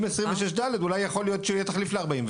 אם 26ד אולי יכול להיות שהוא יהיה תחליף ל-49.